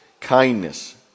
kindness